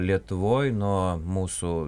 lietuvoj nuo mūsų